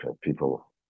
people